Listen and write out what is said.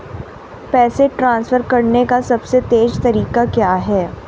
पैसे ट्रांसफर करने का सबसे तेज़ तरीका क्या है?